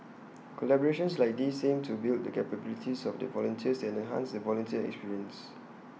collaborations like these aim to build the capabilities of the volunteers and enhance the volunteer experience